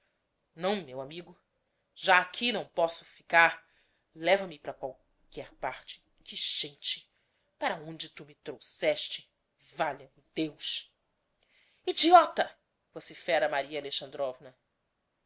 não meu amigo já aqui não posso ficar leva-me para qu alquer parte que gente para onde tu me trouxeste valha-me deus idiota vocifera maria